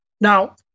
Now